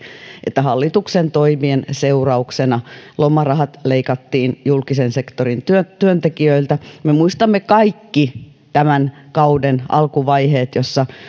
että hallituksen toimien seurauksena lomarahat leikattiin julkisen sektorin työntekijöiltä me muistamme kaikki tämän kauden alkuvaiheet jossa